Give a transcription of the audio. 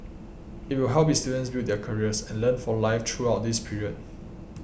it will help its students build their careers and learn for life throughout this period